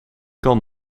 kan